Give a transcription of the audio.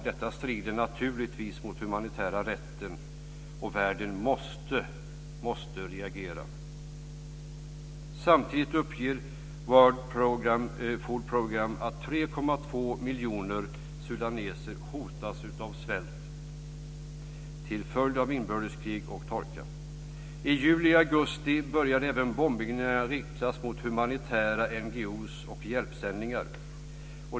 Detta strider naturligtvis mot den humanitära rätten, och världen måste reagera. miljoner sudaneser hotas av svält till följd av inbördeskrig och torka. I juli och augusti började även bombningar riktas mot humanitära NGO:er och hjälpsändningar.